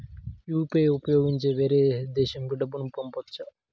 UPI ని ఉపయోగించి వేరే దేశంకు డబ్బును పంపొచ్చా?